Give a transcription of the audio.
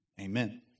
amen